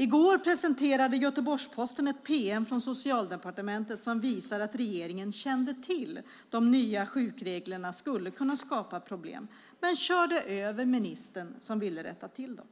I går presenterade Göteborgs-Posten ett pm från Socialdepartementet som visar att regeringen kände till att de nya sjukreglerna skulle kunna skapa problem, men körde över ministern som ville rätta till dem.